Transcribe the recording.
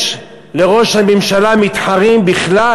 יש לראש הממשלה מתחרים בכלל,